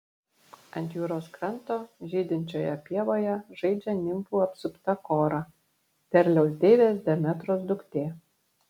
ant jūros kranto žydinčioje pievoje žaidžia nimfų apsupta kora derliaus deivės demetros duktė